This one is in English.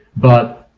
but